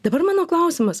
dabar mano klausimas